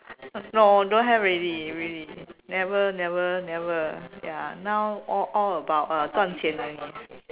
no don't have already really never never never ya now all all about uh 赚钱 only